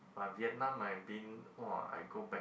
but Vietnam I've been !wow! I go back